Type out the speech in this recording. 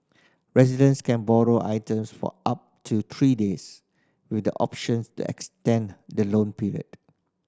residents can borrow items for up to three days with the options to extend the loan period